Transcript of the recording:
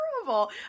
terrible